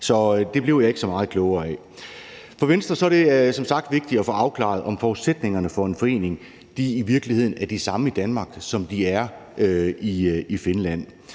så det blev jeg ikke så meget klogere af. For Venstre er det som sagt vigtigt at få afklaret, om forudsætningerne for en forening i virkeligheden er de samme i Danmark, som de er i Finland.